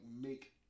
make